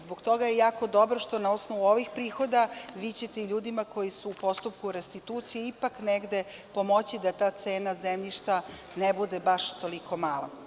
Zbog toga je jako dobro što ćete vi na osnovu ovih prihoda ljudima koji su u postupku restitucije ipak negde pomoći da ta cena zemljišta ne bude baš toliko mala.